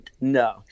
no